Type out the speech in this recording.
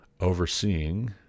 Overseeing